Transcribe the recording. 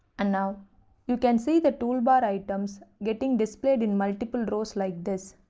and now you can see the toolbar items getting displayed in multiple rows like this.